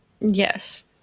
Yes